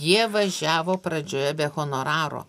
jie važiavo pradžioje be honoraro